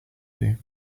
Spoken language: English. you